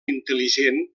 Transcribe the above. intel·ligent